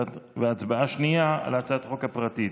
והצבעה שנייה על הצעת החוק הפרטית.